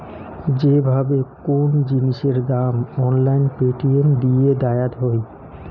যে ভাবে কোন জিনিসের দাম অনলাইন পেটিএম দিয়ে দায়াত হই